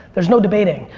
there's no debating.